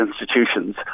institutions